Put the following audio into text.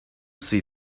see